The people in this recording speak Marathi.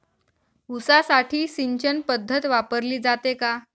ऊसासाठी सिंचन पद्धत वापरली जाते का?